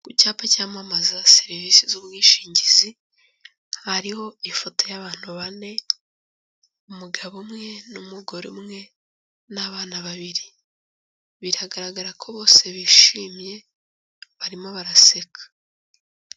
Ku cyapa cyamamaza serivisi z'ubwishingizi, hariho ifoto y'abantu bane, umugabo umwe n'umugore umwe n'abana babiri, biragaragara ko bose bishimye barimo baraseka.